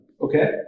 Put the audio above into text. Okay